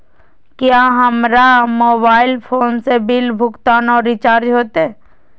क्या हमारा mobile phone से बिल भुगतान और रिचार्ज होते?